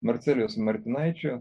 marcelijaus martinaičio